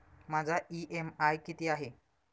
माझा इ.एम.आय किती आहे?